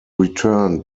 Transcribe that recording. returned